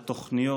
התוכניות,